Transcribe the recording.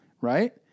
right